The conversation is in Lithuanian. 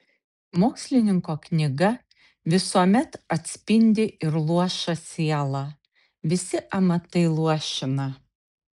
mokslininko knyga visuomet atspindi ir luošą sielą visi amatai luošina